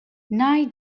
nei